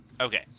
Okay